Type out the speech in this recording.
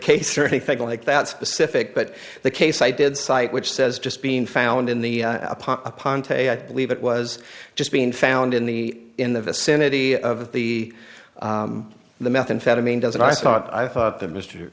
case or anything like that specific but the case i did cite which says just being found in the apollo upon tayo i believe it was just being found in the in the vicinity of the the methamphetamine doesn't i thought i thought that mr